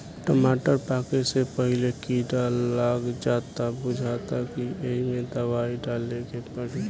टमाटर पाके से पहिले कीड़ा लाग जाता बुझाता कि ऐइमे दवाई डाले के पड़ी